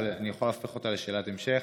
אבל אני יכול להפוך אותה לשאלת המשך: